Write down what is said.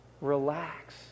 Relax